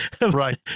Right